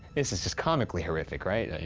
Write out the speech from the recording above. this is just comically horrific, right?